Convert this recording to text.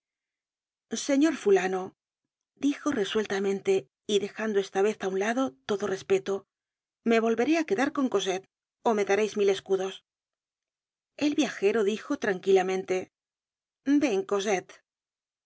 señor fulano dijo resueltamente y dejando esta vez á un lado todo respeto me volveré á quedar con cosette ó me dareis mil escudos el viajero dijo tranquilamente